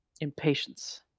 impatience